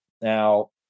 Now